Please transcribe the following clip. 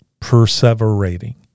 perseverating